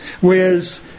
whereas